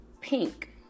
Pink